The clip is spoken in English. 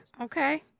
Okay